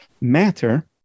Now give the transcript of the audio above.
matter